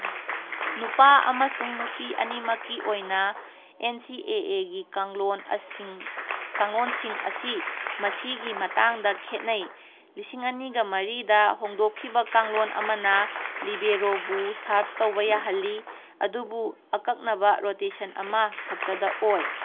ꯅꯨꯄꯥ ꯑꯃꯁꯨꯡ ꯅꯨꯄꯤ ꯑꯅꯤꯃꯛꯀꯤ ꯑꯣꯏꯅ ꯑꯦꯟ ꯁꯤ ꯑꯦ ꯑꯦꯒꯤ ꯀꯥꯡꯂꯣꯟ ꯀꯥꯡꯂꯣꯟꯁꯤꯡ ꯑꯁꯤ ꯃꯁꯤꯒꯤ ꯃꯇꯥꯡꯗ ꯈꯦꯠꯅꯩ ꯂꯤꯁꯤꯡ ꯑꯅꯤꯒ ꯃꯔꯤꯗ ꯍꯣꯡꯗꯣꯛꯈꯤꯕ ꯀꯥꯡꯂꯣꯟ ꯑꯃꯅ ꯂꯤꯕꯦꯔꯣꯕꯨ ꯁꯥꯞ ꯇꯧꯕ ꯌꯥꯍꯜꯂꯤ ꯑꯗꯨꯕꯨ ꯑꯀꯛꯅꯕ ꯔꯣꯇꯦꯁꯟ ꯑꯃꯈꯛꯇꯗ ꯑꯣꯏ